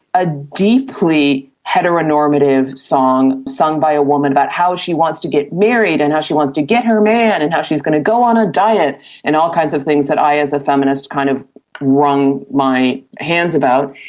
a deeply heteronormative song sung by woman about how she wants to get married and how she wants to get her man and how she's going to go on a diet and all kinds of things that i as a feminist kind of wrung my hands about.